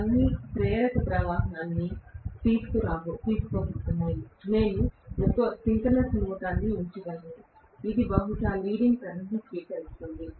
అవన్నీ ప్రేరక ప్రవాహాన్ని తీసుకోబోతున్నాయి నేను ఒక సింక్రోనస్ మోటారును ఉంచగలను ఇది బహుశా లీడింగ్ కరెంట్ను స్వీకరిస్తోంది